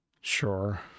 sure